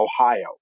Ohio